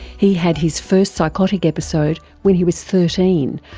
he had his first psychotic episode when he was thirteen,